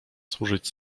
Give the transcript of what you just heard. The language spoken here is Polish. służyć